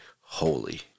Holy